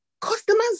customers